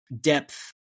depth